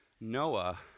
Noah